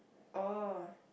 oh